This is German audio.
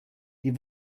die